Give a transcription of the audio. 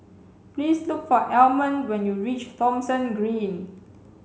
please look for Almond when you reach Thomson Green